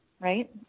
right